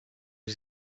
bir